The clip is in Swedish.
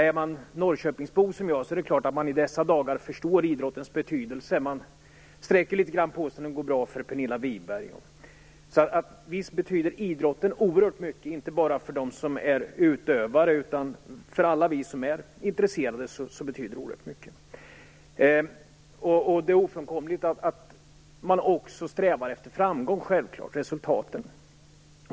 Är man Norrköpingsbo, som jag, förstår man självfallet i dessa dagar idrottens betydelse. Man sträcker litet på sig när det går bra för Pernilla Wiberg. Visst betyder idrotten oerhört mycket, inte bara för utövarna utan för alla oss som är intresserade. Det är ofrånkomligt att man också strävar efter framgång och resultat.